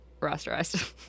rosterized